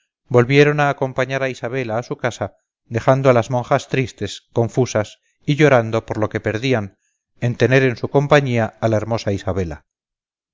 volvieron a acompañar a isabela a su casa dejando a las monjas tristes confusas y llorando por lo que perdían en tener en su compañía a la hermosa isabela